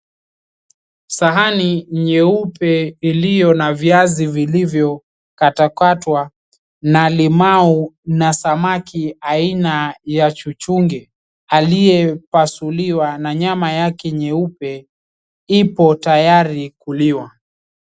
Sahani nyeupe iliyo na viazi vilivyokatwakatwa na limau na samaki aina ya chuchunge aliyepasuliwa na nyama yake nyeupe ipo tayari kuliwa.